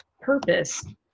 purpose